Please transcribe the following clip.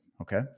Okay